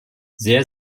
sehr